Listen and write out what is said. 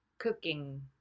Cooking